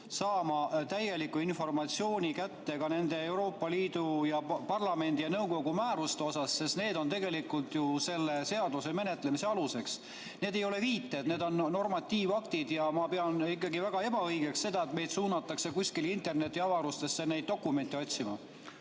saama täieliku informatsiooni ka nende Euroopa Parlamendi ja nõukogu määruste kohta, sest need on tegelikult ju selle seaduseelnõu menetlemise aluseks. Need ei ole viited, need on normatiivaktid. Ma pean ikkagi väga ebaõigeks seda, et meid suunatakse kuskile internetiavarustesse neid dokumente otsima.